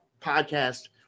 podcast